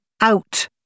Out